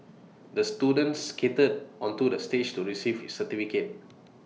the student skated onto the stage to receive his certificate